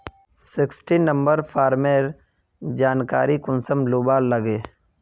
Sixteen number farmer जानकारी कुंसम लुबा लागे?